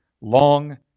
long